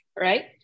right